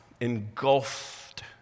engulfed